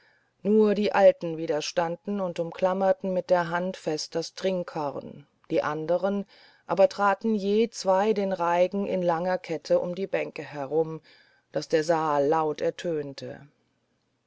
nur die alten widerstanden und umklammerten mit der hand fest das trinkhorn die anderen aber traten je zwei den reigen in langer kette um die bänke herum daß der saal laut ertönte